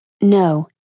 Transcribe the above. No